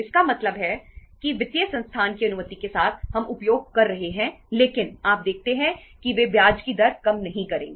इसका मतलब यह है कि वित्तीय संस्थान की अनुमति के साथ हम उपयोग कर रहे हैं लेकिन आप देखते हैं कि वे ब्याज की दर कम नहीं करेंगे